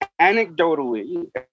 Anecdotally